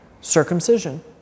Circumcision